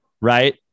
right